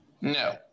No